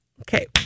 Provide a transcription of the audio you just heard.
Okay